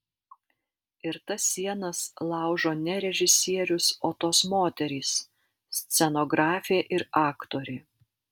ir tas sienas laužo ne režisierius o tos moterys scenografė ir aktorė